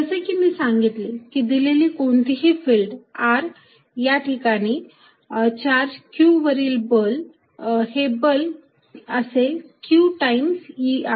जसे की मी सांगितले की दिलेली कोणतीही फिल्ड r या ठिकाणी चार्ज q वरील बल हे असेल q टाइम्स Er